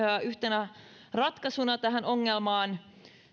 yhtenä ratkaisuna tähän ongelmaan